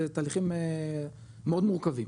זה תהליכים מאוד מורכבים.